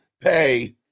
pay